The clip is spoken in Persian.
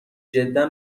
جدا